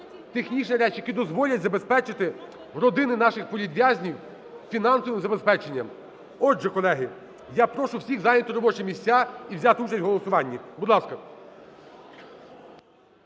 технічні речі, які дозволять забезпечити родини наших політв'язнів фінансовим забезпеченням. Отже, колеги, я прошу всіх зайняти робочі місця і взяти участь в голосуванні, будь ласка.